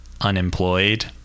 unemployed